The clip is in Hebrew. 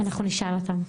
אנחנו נשאל אותם.